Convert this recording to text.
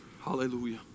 hallelujah